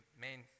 main